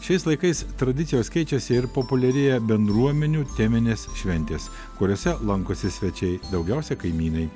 šiais laikais tradicijos keičiasi ir populiarėja bendruomenių teminės šventės kuriose lankosi svečiai daugiausia kaimynai